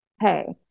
hey